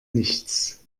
nichts